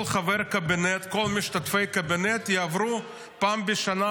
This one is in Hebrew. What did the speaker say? כל חבר קבינט וכל משתתפי הקבינט יעברו פעם בשנה,